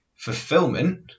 Fulfillment